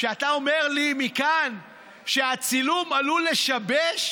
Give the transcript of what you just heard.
כשאתה אומר לי מכאן שהצילום עלול לשבש: